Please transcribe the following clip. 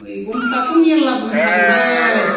मैगंफ्राथ' मेरला दंथारो